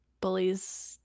bullies